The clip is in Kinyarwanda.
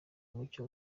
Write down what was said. mucyo